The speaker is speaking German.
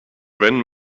wenn